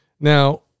Now